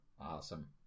Awesome